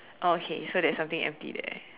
oh okay so there's something empty there